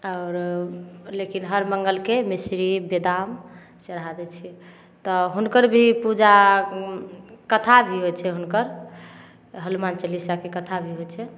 आओर लेकिन हर मङ्गलके मिसरी बदाम चढ़ा दै छियै तऽ हुनकर भी पूजा कथा भी होइ छै हुनकर हनुमान चालीसाके कथा भी होइ छै